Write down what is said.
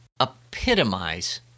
epitomize